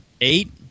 eight